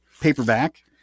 paperback